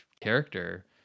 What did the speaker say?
character